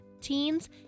teens